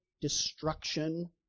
destruction